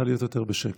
נא להיות יותר בשקט.